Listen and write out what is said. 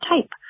type